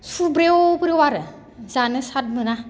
सु ब्रेव ब्रेव आरो जानो साद मोना